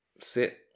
Sit